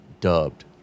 dubbed